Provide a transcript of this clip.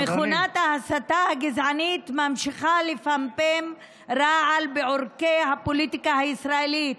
מכונת ההסתה הגזענית ממשיכה לפמפם רעל בעורקי הפוליטיקה הישראלית.